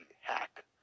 hack